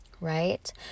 right